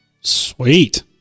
Sweet